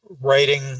writing